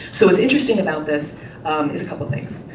so what's interesting about this is a couple of things.